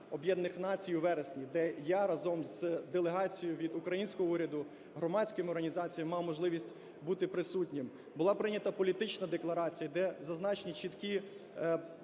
Об'єднаних Націй у вересні, де я разом з делегацією від українського уряду, громадськими організаціями мав можливість бути присутнім. Була прийнята політична декларація, де були прийняті чіткі